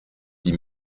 dix